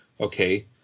okay